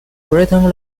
breton